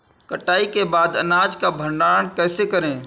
कटाई के बाद अनाज का भंडारण कैसे करें?